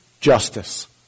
justice